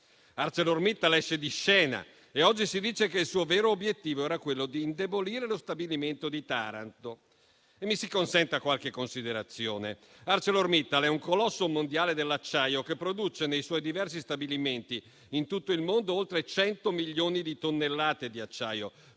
ArcelorMittal esce di scena e oggi si dice che il suo vero obiettivo era quello di indebolire lo stabilimento di Taranto. Mi si consenta qualche considerazione. ArcelorMittal è un colosso mondiale dell'acciaio che produce nei suoi diversi stabilimenti in tutto il mondo oltre 100 milioni di tonnellate di acciaio: